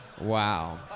Wow